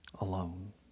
alone